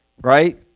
Right